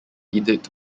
edict